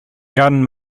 gunn